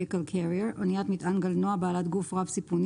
Vehicle Carrier אניית מטען גלנוע בעלת גוף רב סיפוני